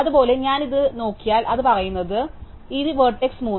അതുപോലെ ഞാൻ ഇത് നോക്കിയാൽ അത് പറയുന്നു ഈ വേർട്സ് 3